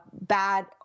bad